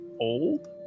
old